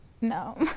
no